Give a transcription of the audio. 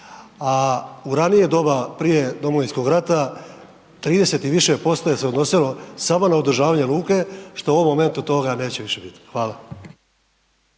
A u ranije doba, prije Domovinskog rata, 30 i više posto je se odnosilo samo na održavanje luke što u ovom momentu toga neće više biti. Hvala.